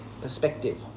perspective